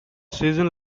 season